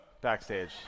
backstage